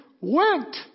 went